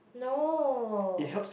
no